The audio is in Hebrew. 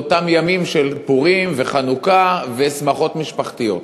באותם ימים של פורים וחנוכה ושמחות משפחתיות.